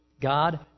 God